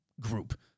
group